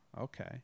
okay